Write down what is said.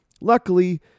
Luckily